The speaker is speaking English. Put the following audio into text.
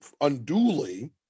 unduly